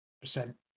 percent